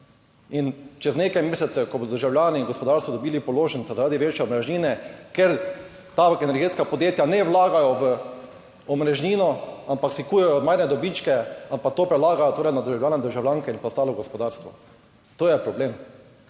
ne. Čez nekaj mesecev, ko bodo državljani in gospodarstvo dobili položnico zaradi večje omrežnine, ker ta energetska podjetja ne vlagajo v omrežnino, ampak si kujejo ne majhne dobičke in to prelagajo na državljane in državljanke in ostalo gospodarstvo. To je problem.